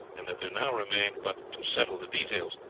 and that there now remained but to settle the details,